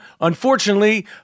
Unfortunately